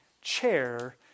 chair